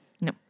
No